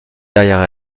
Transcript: derrière